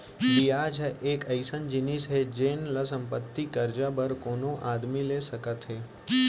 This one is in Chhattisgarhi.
बियाज ह एक अइसन जिनिस हे जेन ल संपत्ति, करजा बर कोनो आदमी ले सकत हें